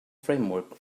framework